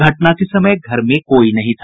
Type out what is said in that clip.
घटना के समय घर में कोई नहीं था